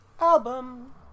Album